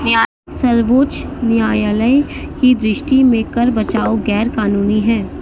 सर्वोच्च न्यायालय की दृष्टि में कर बचाव गैर कानूनी है